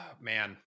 man